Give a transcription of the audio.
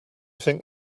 think